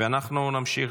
אנחנו נמשיך